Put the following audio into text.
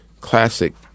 classic